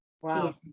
Wow